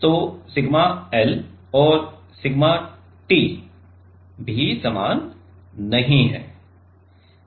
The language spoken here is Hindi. तो सिग्मा L और सिग्मा T भी समान नहीं हैं